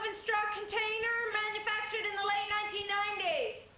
and straw container manufactured in the late nineteen